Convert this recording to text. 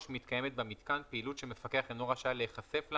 מתקיימת במיתקן פעילות שפקח אינו רשאי להיחשף לה